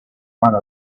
one